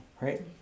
right